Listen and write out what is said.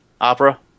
opera